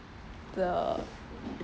the